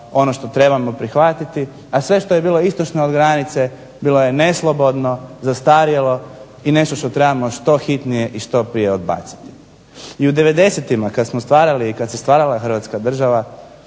ono što trebamo prihvatiti, a sve što je bilo istočno od granice bilo je neslobodno, zastarjelo i nešto što trebamo što hitnije i što prije odbaciti. I u '90.-tima kad smo stvarali i kad se stvarala Hrvatska država